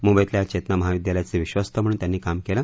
मुंबईतल्या चेतना महाविद्यालयाचे विश्वस्त म्हणून त्यांनी काम केलं